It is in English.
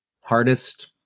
hardest